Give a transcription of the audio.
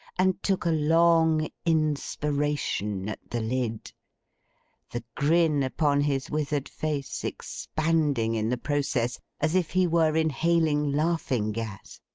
and took a long inspiration at the lid the grin upon his withered face expanding in the process, as if he were inhaling laughing gas.